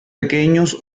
pequeños